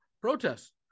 protests